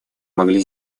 могли